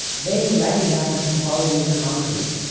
they recognize the quality of concrete,